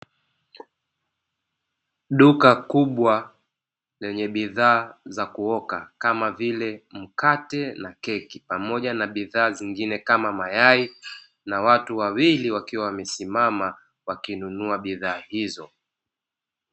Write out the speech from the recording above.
Duka kubwa lenye bidhaa za kuoka kama vile; mkate na keki, pamoja na bidhaa zingine kama mayai, na watu wawili wakiwa wamesimama wakinunua bidhaa hizo.